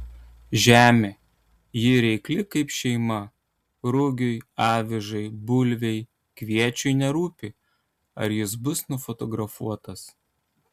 žemė ji reikli kaip šeima rugiui avižai bulvei kviečiui nerūpi ar jis bus nufotografuotas